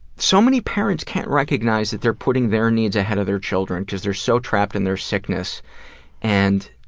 so many parents can't recognize that they're putting their needs ahead of their children, cause they're so trapped in their sickness and